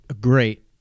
great